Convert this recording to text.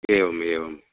एवमेवम्